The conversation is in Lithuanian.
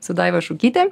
su daiva šukyte